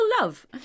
love